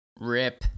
Rip